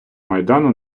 майдану